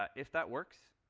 ah if that works,